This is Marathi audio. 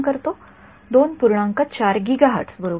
४ गिगाहर्ट्ज बरोबर